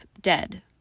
dead